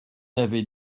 avait